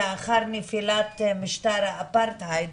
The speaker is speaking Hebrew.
לאחר נפילת משטר האפרטהייד,